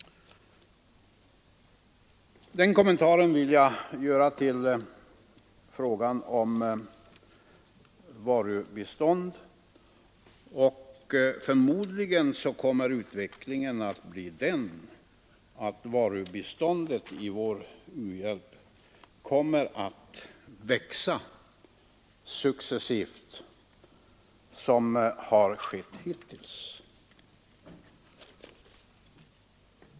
Den kommentaren vill jag göra till frågan om varubistånd. Förmodligen kommer utvecklingen att bli den att varubiståndet i vår u-hjälp växer successivt såsom skett hittills.